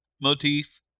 motif